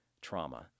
trauma